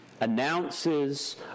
announces